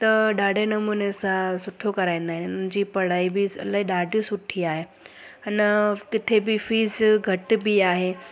त ॾाढे नमूने सां सुठो कराईंदा आहिनि हुननि जी पढ़ाई बि अलाए ॾाढी सुठी आहे हिन किथे बि फीस घटि बि आहे